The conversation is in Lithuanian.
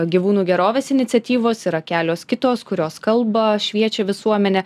gyvūnų gerovės iniciatyvos yra kelios kitos kurios kalba šviečia visuomenę